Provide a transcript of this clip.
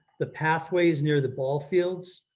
the pathways near the ball fields,